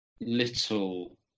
little